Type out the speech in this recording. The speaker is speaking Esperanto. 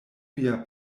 via